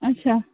اَچھا